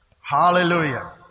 Hallelujah